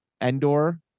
Endor